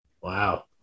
wow